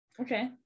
Okay